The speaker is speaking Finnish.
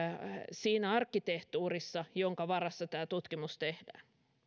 siinä arkkitehtuurissa jonka varassa tämä tutkimus tehdään